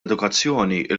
edukazzjoni